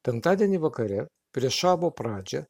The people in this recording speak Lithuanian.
penktadienį vakare prieš šabo pradžią